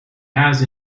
has